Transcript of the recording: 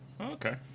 Okay